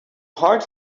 hard